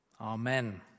Amen